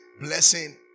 blessing